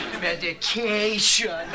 Medication